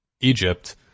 Egypt